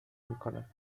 میکند